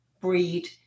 breed